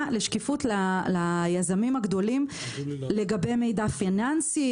לשקיפות ליזמים הגדולים לגבי מידע פיננסי,